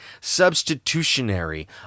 substitutionary